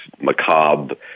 macabre